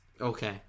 Okay